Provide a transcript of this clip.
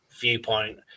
viewpoint